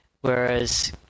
Whereas